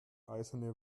eisene